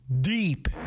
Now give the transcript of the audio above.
deep